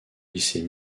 lycée